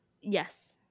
Yes